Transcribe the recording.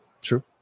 true